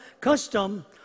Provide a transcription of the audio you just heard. custom